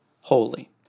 holy